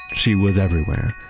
she was everywhere.